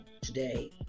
today